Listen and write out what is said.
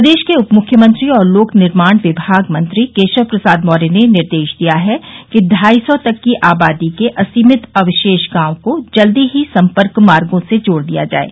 प्रदेश के उप मुख्यमंत्री और लोक निर्माण विमाग मंत्री केशव प्रसाद मौर्य ने निर्देश दिया है कि ढाई सौ तक की आबादी के असीमित अवशेष गांव को जल्द ही सम्पर्क मार्गो से जोड़ दिया जाये